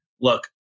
look